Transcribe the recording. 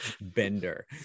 Bender